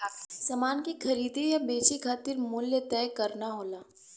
समान के खरीदे या बेचे खातिर मूल्य तय करना होला